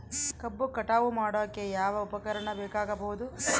ಕಬ್ಬು ಕಟಾವು ಮಾಡೋಕೆ ಯಾವ ಉಪಕರಣ ಬೇಕಾಗಬಹುದು?